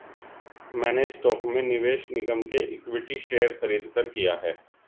मैंने स्टॉक में निवेश निगम के इक्विटी शेयर खरीदकर किया है